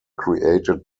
created